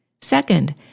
Second